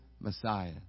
Messiah